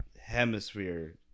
hemisphere